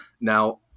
Now